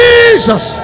Jesus